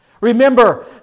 Remember